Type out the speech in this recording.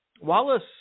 Wallace